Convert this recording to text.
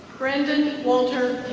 brandon walter